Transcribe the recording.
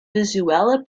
visuelle